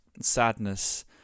sadness